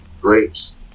Grapes